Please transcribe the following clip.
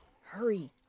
Hurry